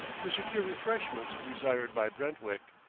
to secure refreshments desired by brentwick.